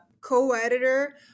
co-editor